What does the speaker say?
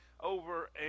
over